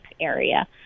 area